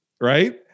Right